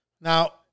Now